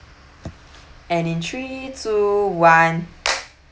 and in three two one